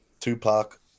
tupac